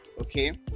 okay